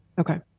Okay